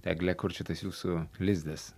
egle kur čia tas jūsų lizdas